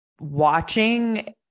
watching